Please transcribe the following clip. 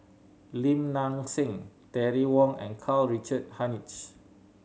Lim Nang Seng Terry Wong and Karl Richard Hanitsch